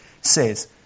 says